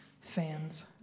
fans